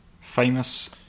Famous